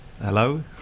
Hello